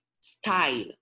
style